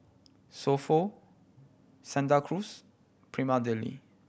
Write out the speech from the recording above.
So Pho Santa Cruz Prima Deli